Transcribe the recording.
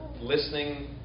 listening